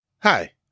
Hi